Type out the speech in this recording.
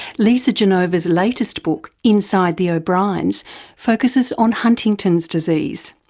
lisa genova's latest book inside the o'briens focuses on huntington's disease.